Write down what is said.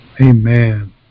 Amen